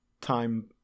time